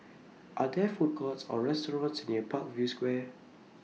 Are There Food Courts Or restaurants near Parkview Square